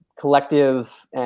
collective